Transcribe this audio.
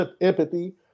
empathy